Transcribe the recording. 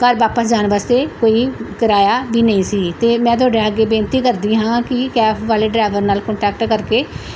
ਘਰ ਵਾਪਸ ਜਾਣ ਵਾਸਤੇ ਕੋਈ ਕਰਾਇਆ ਵੀ ਨਹੀਂ ਸੀ ਅਤੇ ਮੈਂ ਤੁਹਾਡੇ ਅੱਗੇ ਬੇਨਤੀ ਕਰਦੀ ਹਾਂ ਕਿ ਕੈਫ ਵਾਲੇ ਡਰਾਈਵਰ ਨਾਲ ਕੋਂਟੈਕਟ ਕਰਕੇ